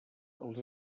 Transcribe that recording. els